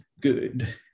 good